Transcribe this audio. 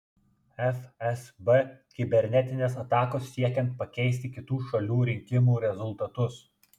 fsb kibernetinės atakos siekiant pakeisti kitų šalių rinkimų rezultatus